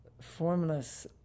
formless